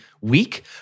week